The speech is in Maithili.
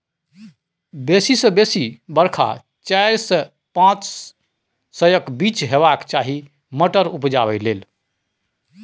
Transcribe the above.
बेसी सँ बेसी बरखा चारि सय सँ पाँच सयक बीच हेबाक चाही मटर उपजाबै लेल